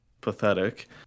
Pathetic